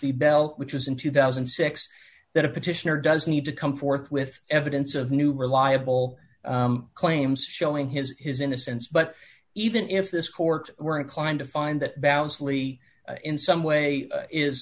v bell which was in two thousand and six that a petitioner does need to come forth with evidence of new reliable claims showing his his innocence but even if this court were inclined to find that balance lee in some way is